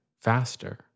faster